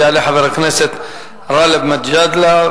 יעלה חבר הכנסת גאלב מג'אדלה,